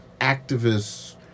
activists